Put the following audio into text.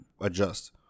adjust